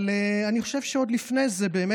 אבל אני חושב שעוד לפני זה,